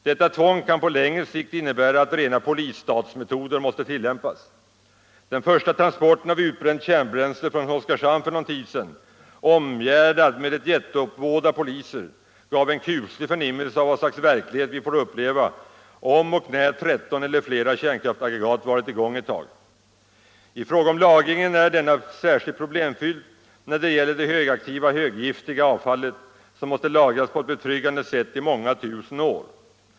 Detta tvång kan på längre sikt innebära att rena polisstatsmetoder måste tillämpas. Den första transporten av utbränt kärnbränsle från Oskarshamn för en tid sedan, omgärdad med ett jätteuppbåd av poliser, gav en kuslig förnimmelse av vad för slags verklighet vi får uppleva om och när 13 eller fler kärnkraftsaggregat varit i gång ett tag. I fråga om lagringen är denna särskilt problemfylld när det gäller det högaktiva höggiftiga avfallet, som måste lagras på ett betryggande sätt i många tusen år.